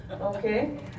okay